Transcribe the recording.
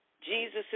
Jesus